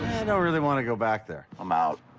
don't really want to go back there. i'm out.